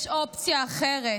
יש אופציה אחרת.